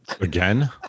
Again